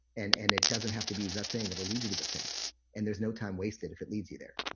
and and it doesn't have to be the thing. it'll lead you to the thing and there's no time wasted if it leads you there.